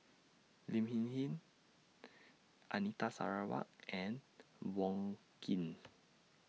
Lin Hsin Hsin Anita Sarawak and Wong Keen